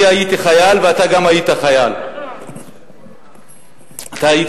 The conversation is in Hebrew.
אני הייתי חייל וגם אתה היית חייל, כן.